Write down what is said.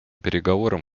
переговорам